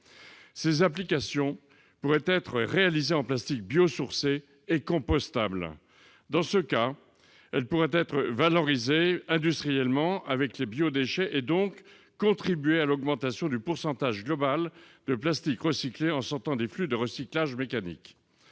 ces applications pourraient être réalisée en plastique bio-sourcées est compostable dans ce cas, elle pourrait être valorisé industriellement avec les biodéchets et donc contribuer à l'augmentation du pourcentage global de plastique recyclé en son temps des flux de recyclage mécanique,